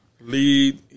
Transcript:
Lead